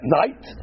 night